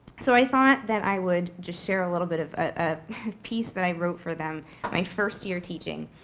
so i thought that i would just share a little bit of a piece that i wrote for them my first year teaching.